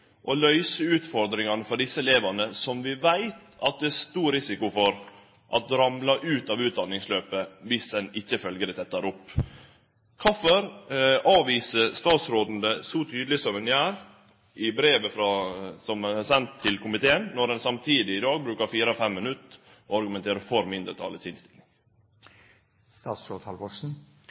løyse utfordringa for desse elevane – som vi veit det er stor risiko for ramlar ut av utdanningsløpet viss ein ikkje følgjer dei tettare opp? Kvifor avviser statsråden det så tydeleg som ho gjer i brevet som er sendt til komiteen, når ein samtidig i dag brukar fire–fem minutt på å argumentere for